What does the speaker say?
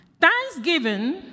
Thanksgiving